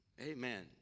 amen